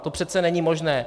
To přece není možné.